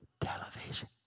television